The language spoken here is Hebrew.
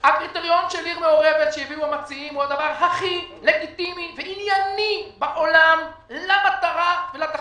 ליישוב עירוני מעורב), הכנה לקריאה שנייה ושלישית.